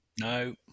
No